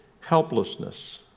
helplessness